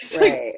Right